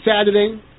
Saturday